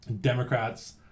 Democrats